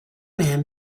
man